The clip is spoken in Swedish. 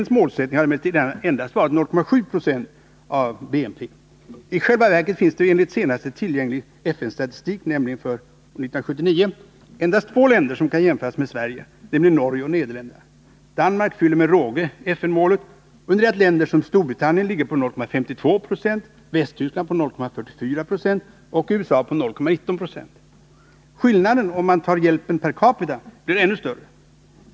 FN:s målsättning har emellertid endast varit 0,7 20 av BNP. I själva verket finns det enligt senast tillgängliga FN-statistik — nämligen för 1979 — endast två länder som kan jämföras med Sverige, och det är Norge och Nederländerna. Danmark uppfyller med råge FN-målet, under det att länder som Storbritannien ligger på 0,52 90, Västtyskland på 0,44 76 och USA på 0,19 96. Skillnaden, om man tar hjälpen percapita, blir ännu större.